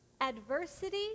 adversity